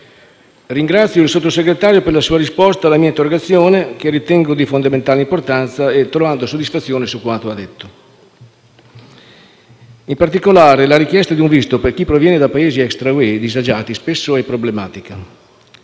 ringrazio il Sottosegretario per la sua risposta alla mia interrogazione che ritengo di fondamentale importanza trovando soddisfazione rispetto a quanto ha detto. In particolare, la richiesta di un visto per chi proviene da Paesi *extra* UE disagiati spesso è problematica.